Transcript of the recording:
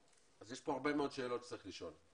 יש פה הרבה מאוד שאלות שצריך לשאול.